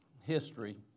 history